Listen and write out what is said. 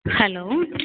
hello